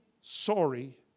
sorry